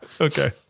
okay